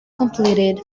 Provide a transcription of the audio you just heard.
completed